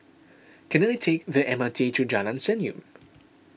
can I take the M R T to Jalan Senyum